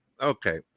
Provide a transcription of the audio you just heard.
Okay